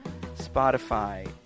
Spotify